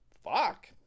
Fuck